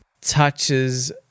touches